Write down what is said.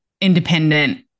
independent